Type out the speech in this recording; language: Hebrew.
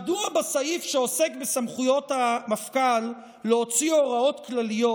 מדוע בסעיף שעוסק בסמכויות המפכ"ל להוציא הוראות כלליות